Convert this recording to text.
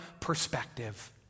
perspective